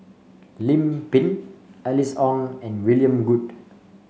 Lim Pin Alice Ong and William Goode